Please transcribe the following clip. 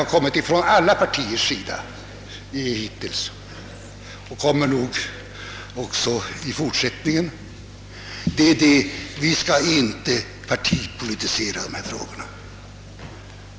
Från alla partier har i debatten framhållits att vi inte skall partipolitisera denna fråga.